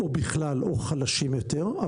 או בכלל או חלשים יותר,